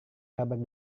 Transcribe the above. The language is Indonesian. kabar